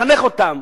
לחנך אותם,